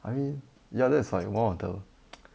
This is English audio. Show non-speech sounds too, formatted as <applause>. I mean ya that's like one of the <noise>